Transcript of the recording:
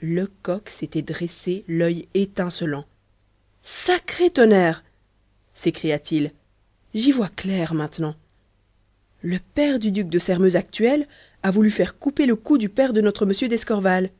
lecoq s'était dressé l'œil étincelant sacré tonnerre s'écria-t-il j'y vois clair maintenant le père du duc de sairmeuse actuel a voulu faire couper le cou du père de notre m d'escorval